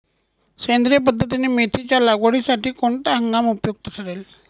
सेंद्रिय पद्धतीने मेथीच्या लागवडीसाठी कोणता हंगाम उपयुक्त ठरेल?